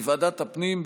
בוועדת הפנים,